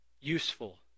Useful